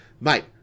mate